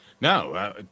no